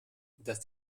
dass